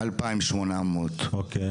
אלפיים שמונה מאות,